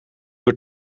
door